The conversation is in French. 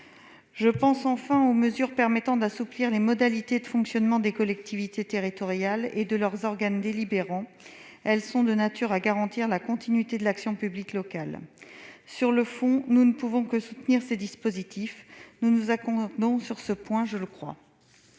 Je pense enfin aux mesures permettant d'assouplir les modalités de fonctionnement des collectivités territoriales et de leurs organes délibérants ; elles sont de nature à garantir la continuité de l'action publique locale. Sur le fond, nous ne pouvons que soutenir ces dispositifs. Je pense que nous nous accordons tous sur ce point. Pour ce